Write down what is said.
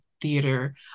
Theater